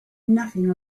nothing